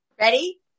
Ready